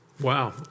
Wow